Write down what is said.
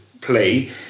play